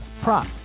prop